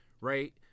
right